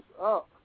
up